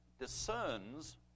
Discerns